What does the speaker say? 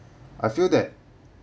I feel that